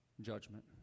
judgment